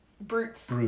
brutes